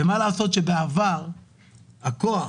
מה לעשות שבעבר הכוח